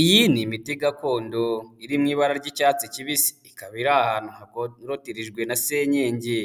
Iyi ni imiti gakondo iri mu ibara ry'icyatsi kibisi, ikaba iri ahantu hakorotirijwe na senyege,